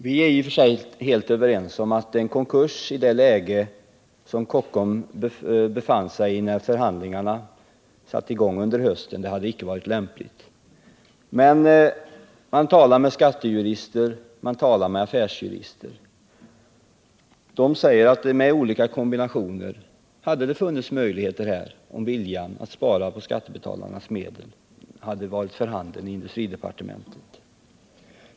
Vi är i och för sig helt överens om att en konkurs i det läge som Kockums befann sig i när förhandlingarna satte i gång under hösten icke hade varit lämplig. Men skattejurister och affärsjurister säger att det med olika kombinationer av åtgärder hade funnits möjligheter att åstadkomma ett sådant avtal, om viljan att spara på skattebetalarnas medel hade varit för handen inom industridepartementet.